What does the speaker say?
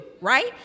right